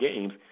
games